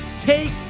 take